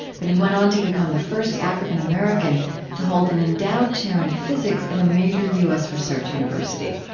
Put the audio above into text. but he went on to become the first african-american to hold an endowed chair in physics at a major u s. research university.